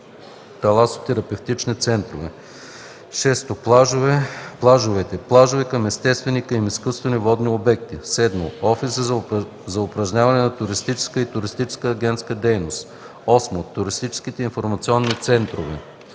таласотерапевтични центрове; 6. плажовете – плажове към естествени и към изкуствени водни обекти; 7. офисите за упражняване на туроператорска и туристическа агентска дейност; 8. туристическите информационни центрове;